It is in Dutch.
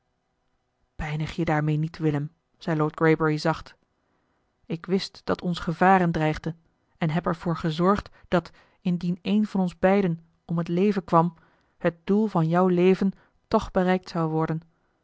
pijnig je daarmee niet willem zei lord greybury zacht ik wist dat ons gevaren dreigden en heb er voor gezorgd dat indien een van beiden om het leven kwam het doel van jou leven toch bereikt zou worden